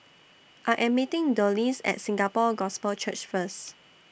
I Am meeting Dulce At Singapore Gospel Church First